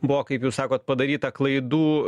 buvo kaip jūs sakot padaryta klaidų